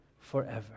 forever